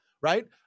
right